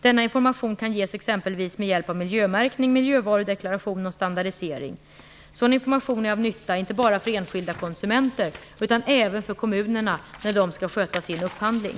Denna information kan ges exempelvis med hjälp av miljömärkning, miljövarudeklaration och standardisering. Sådan information är av nytta inte bara för enskilda konsumenter utan även för kommunerna när de skall sköta sin upphandling.